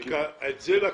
את זה לקחו.